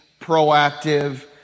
proactive